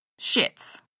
shits